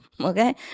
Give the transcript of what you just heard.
okay